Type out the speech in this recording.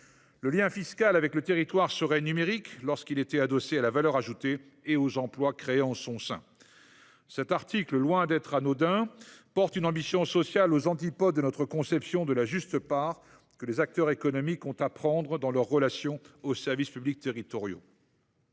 Le lien fiscal avec le territoire serait numérique, lorsqu’il était adossé à la valeur ajoutée et aux emplois créés en son sein. Cet article, loin d’être anodin, porte une ambition sociale aux antipodes de notre conception de la juste part que les acteurs économiques ont à prendre dans leurs relations aux services publics territoriaux.